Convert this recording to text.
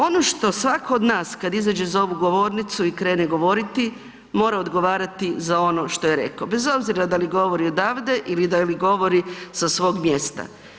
Ono što svako od nas kad izađe za ovu govornicu i krene govoriti, mora odgovarati za ono što je rekao, bez obzira da li govori odavde ili da li govori sa svog mjesta.